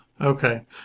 Okay